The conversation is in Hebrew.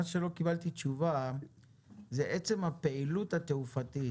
מה שלא קיבלתי תשובה זה עצם הפעילות התעופתית.